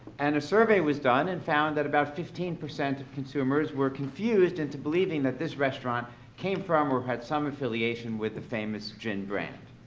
and a survey was done and found that about fifteen percent of consumers were confused into believing that this restaurant came from or had some affiliation with the famous gin brand.